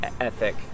ethic